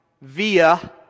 via